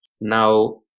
Now